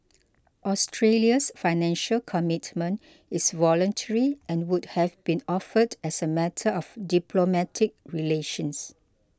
Australia's Financial Commitment is voluntary and would have been offered as a matter of diplomatic relations